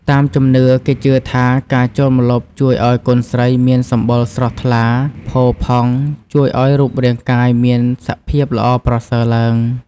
តាមជំនឿ គេជឿថាការចូលម្លប់ជួយឱ្យកូនស្រីមានសម្បុរស្រស់ថ្លា ផូរផង់ ជួយឱ្យរូបរាងកាយមានសភាពល្អប្រសើរឡើង។